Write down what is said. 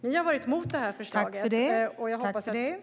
Ni har varit emot förslaget, och jag hoppas att ni ändrar er.